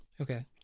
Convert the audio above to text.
Okay